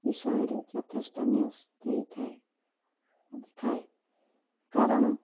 ବିଷୟରେ ଯଥେଷ୍ଟନୀୟ ସ ଦେଇଥାଏ ଦେଖାଏ କାରଣ